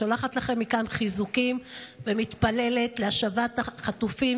שולחת לכם מכאן חיזוקים ומתפללת להשבת החטופים